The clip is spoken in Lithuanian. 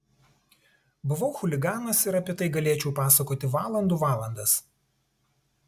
buvau chuliganas ir apie tai galėčiau pasakoti valandų valandas